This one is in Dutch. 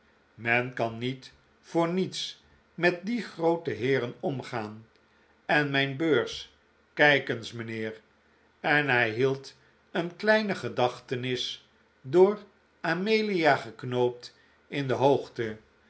men kan niet voor niets met die groote heeren omgaan en mijn beurs kijk eens mijnheer en hij hield een kleine gedachtenis door amelia geknoopt in de hoogte